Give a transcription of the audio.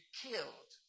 killed